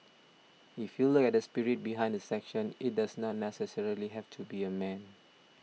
if you look at the spirit behind the section it does not necessarily have to be a man